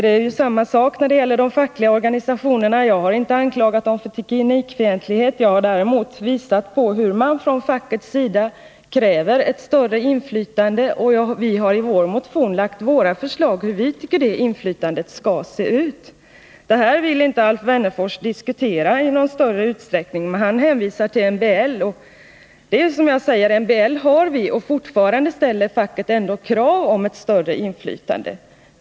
Det är samma sak när det gäller de fackliga organisationerna. Jag har inte anklagat dem för teknikfientlighet. Jag har däremot visat på hur man från fackets sida kräver ett större inflytande, och vi har i vår motion angivit hur vi tycker att det inflytandet skall vara utformat. Det här vill inte Alf Wennerfors diskutera i någon större utsträckning. Han hänvisar till MBL. Ja, MBL har vi, men fortfarande ställer facket krav på större inflytande.